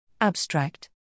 Abstract